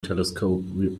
telescope